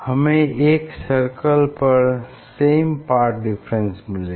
हमें एक सर्किल पर सेम पाथ डिफरेंस मिलेगा